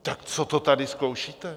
Tak co to tady zkoušíte?